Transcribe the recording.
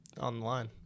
online